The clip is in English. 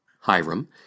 Hiram